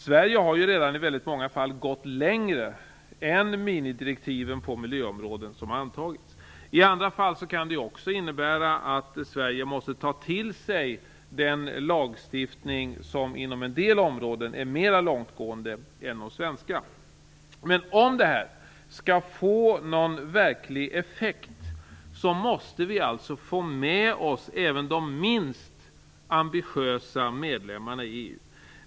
Sverige har i väldigt många fall redan gått längre än vad som föreskrivs i de antagna minimidirektiven på miljöområdet. I andra fall kan det också vara så att Sverige måste ta till sig en mera långtgående lagstiftning än den svenska. Men om detta skall få någon verklig effekt måste vi få med oss även de minst ambitiösa medlemmarna i EU.